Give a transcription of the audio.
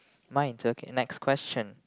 mine is okay next question